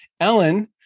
Ellen